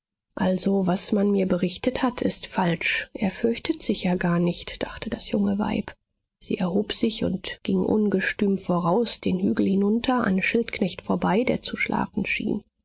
also was man mir berichtet hat ist falsch er fürchtet sich ja gar nicht dachte das junge weib sie erhob sich und ging ungestüm voraus den hügel hinunter an schildknecht vorbei der zu schlafen schien